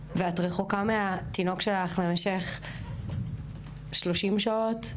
ואת רחוקה מהתינוק שלך למשך 30 שעות,